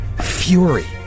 fury